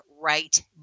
right